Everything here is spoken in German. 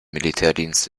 militärdienst